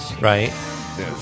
right